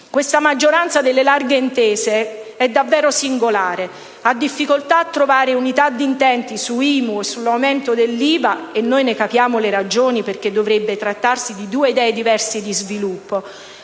Questa maggioranza delle larghe intese è davvero singolare: ha difficoltà a trovare unità di intenti sull'IMU o sull'aumento dell'IVA - e ne capiamo le ragioni, perché dovrebbe trattarsi di due idee diverse di sviluppo